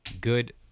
good